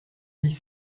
dix